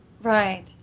Right